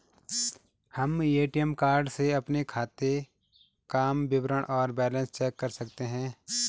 हम ATM card से अपने खाते काम विवरण और बैलेंस कैसे चेक कर सकते हैं?